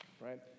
right